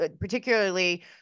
particularly